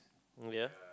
mm ya